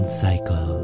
cycle